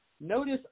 notice